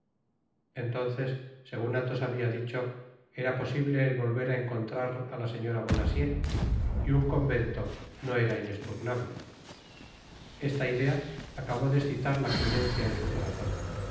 entonces segun athos habia dicho era posible el volver á encontrar á la señora bonacieux y un convento no era inespugnable esta idea acabó de escitar la clemencia en su corazon